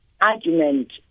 argument